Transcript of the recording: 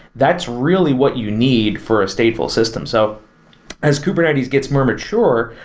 that's really what you need for a stateful system. so as kubernetes gets more mature,